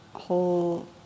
whole